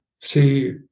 see